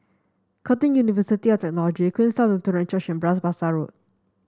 Curtin University of Technology Queenstown Lutheran Church and Bras Basah Road